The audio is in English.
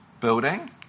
Building